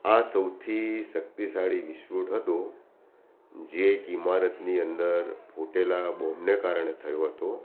આ સૌથી શક્તિશાળી વિસ્ફોટ હતો જે એક ઈમારતની અંદર ફૂટેલા બોમ્બને કારણે થયો હતો